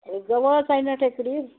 जवळच आहे ना टेकडी